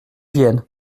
vienne